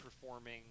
performing